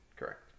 Correct